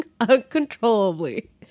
uncontrollably